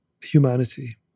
humanity